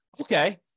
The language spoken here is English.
Okay